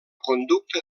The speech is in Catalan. conducta